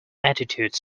attitude